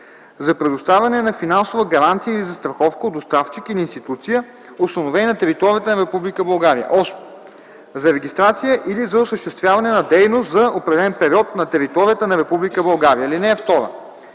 за предоставяне на финансова гаранция или застраховка от доставчик или институция, установени на територията на Република България; 8. за регистрация или за осъществяване на дейност за определен период на територията на Република